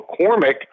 McCormick